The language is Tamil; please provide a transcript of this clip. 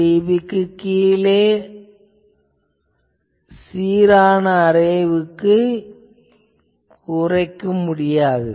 5dB க்குக் கீழ் சீரான அரேவுக்கு இருக்க முடியாது